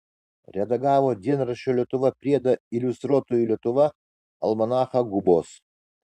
redagavo dienraščio lietuva priedą iliustruotoji lietuva almanachą gubos